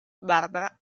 barbara